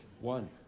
One